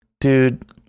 dude